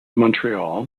montreal